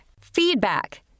Feedback